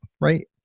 right